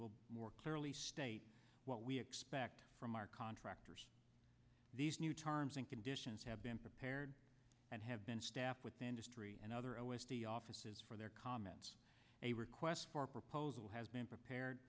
be more clearly state what we expect from our contractors these new terms and conditions have been prepared and have been staffed with industry and other o s d offices for their comments a request for proposal has been prepared